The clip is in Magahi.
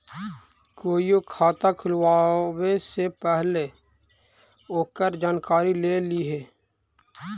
कोईओ खाता खुलवावे से पहिले ओकर जानकारी ले लिहें